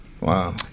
Wow